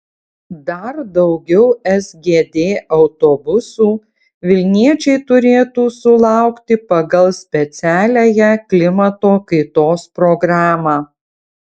dar daugiau sgd autobusų vilniečiai turėtų sulaukti pagal specialiąją klimato kaitos programą